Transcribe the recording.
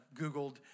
Googled